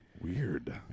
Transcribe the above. Weird